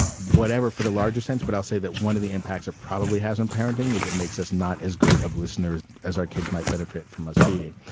whatever for the larger sense. but i'll say that one of the impacts it probably hasn't parenting is it makes us not as great of listeners as our kids might benefit from us being.